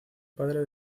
padre